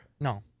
No